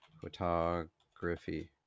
photography